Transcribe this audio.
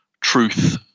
truth